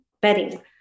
bedding